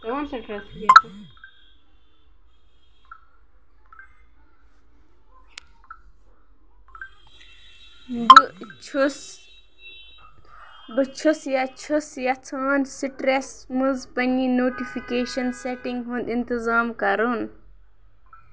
بہٕ چھَُس بہٕ چھُس یا چھُس یژھان سِٹرٛٮ۪س منٛز پنٛنہِ نوٹِفِکیشَن سٮ۪ٹِنٛگ ہُنٛد اِنتِظام کرُن